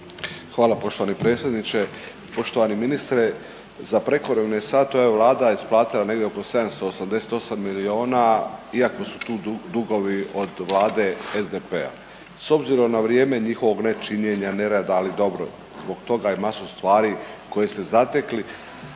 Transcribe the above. Hvala poštovani predsjedniče. Poštovani ministre za prekovremene sate ova Vlada je isplatila negdje oko 788 miliona iako su tu dugovi od vlade SDP-a. S obzirom na vrijeme njihovog nečinjenja, nerada, ali dobro zbog toga je masu stvari koje ste zatekli